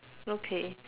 okay